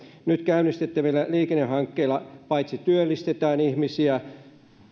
nyt käynnistettävillä liikennehankkeilla paitsi työllistetään ihmisiä